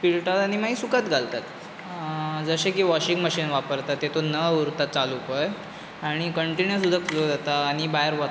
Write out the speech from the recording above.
पिळटात आनी मागीर सुकत घालतात जशें की वॉशींग मशीन वापरतात तेतूंत नळ उरता चालू पळय आनी कंटीनीयस उदक फ्लो जाता आनी भायर वोतता